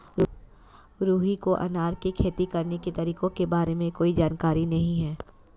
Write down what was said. रुहि को अनार की खेती करने के तरीकों के बारे में कोई जानकारी नहीं है